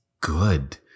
good